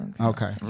Okay